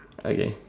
okay